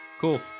Cool